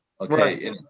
Okay